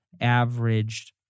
Averaged